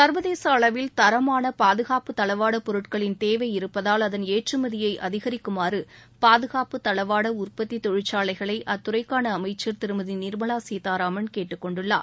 சர்வதேச அளவில் தரமான பாதுகாப்பு தளவாடப் பொருட்களின் தேவை இருப்பதால் அதன் ஏற்றுமதியை அதிகரிக்குமாறு பாதுகாப்பு தளவாட உற்பத்தி தொழிற்சாலைகளை அத்துறைக்கான அமைச்சர் திருமதி நிர்மலா சீதாராமன் கேட்டுக்கொண்டுள்ளார்